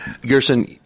Gerson